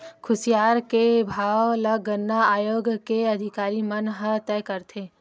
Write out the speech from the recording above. खुसियार के भाव ल गन्ना आयोग के अधिकारी मन ह तय करथे